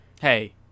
Hey